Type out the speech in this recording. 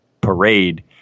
parade